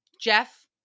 Jeff